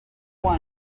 one